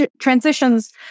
transitions